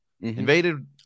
invaded